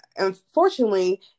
Unfortunately